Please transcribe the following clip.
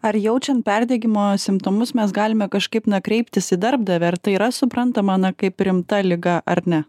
ar jaučiant perdegimo simptomus mes galime kažkaip na kreiptis į darbdavį ar tai yra suprantama na kaip rimta liga ar ne